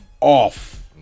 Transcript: off